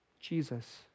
Jesus